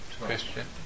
question